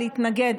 להתנגד,